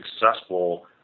successful